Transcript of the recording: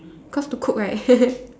cause to cook right